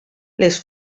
les